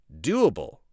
Doable